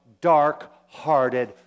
dark-hearted